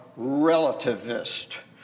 relativist